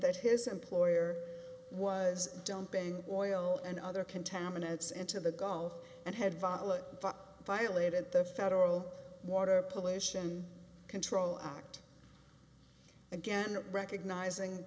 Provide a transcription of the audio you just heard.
that his employer was dumping oil and other contaminants into the gulf and had violet violated the federal water pollution control act again recognizing